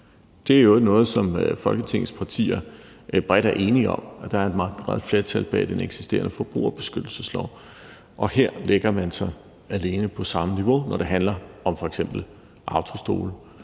Det er i øvrigt noget, som Folketingets partier bredt er enige om, og der er et meget bredt flertal bag den eksisterende forbrugerbeskyttelseslov, og her lægger man sig alene på samme niveau, når det handler om f.eks. autostole